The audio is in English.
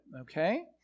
Okay